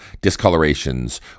discolorations